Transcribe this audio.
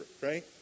right